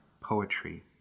poetry